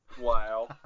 Wow